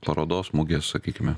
parodos mugės sakykime